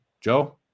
Joe